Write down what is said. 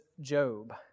Job